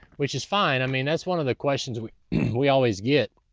which is fine. i mean that's one of the questions we we always get,